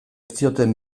zioten